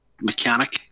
mechanic